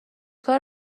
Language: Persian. کار